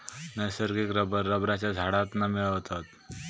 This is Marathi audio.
नैसर्गिक रबर रबरच्या झाडांतना मिळवतत